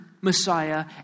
Messiah